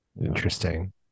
Interesting